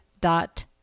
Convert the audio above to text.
dot